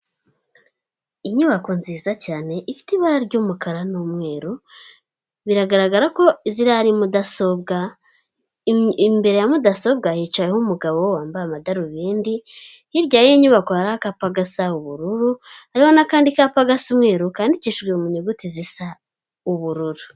Inyubako nziza cyane ifite ibara ry'umukara n'umweru biragaragara ko ziriya ari mudasobwa imbere ya mudasobwa hiicayeho umugabo wambaye amadarubindi, hirya y'inyubako hari akapa gasa ubururu harimo n'akandi kapa gasa umweruru kandidikishijwe mu nyuguti zisa ubururu.